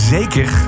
Zeker